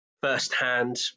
firsthand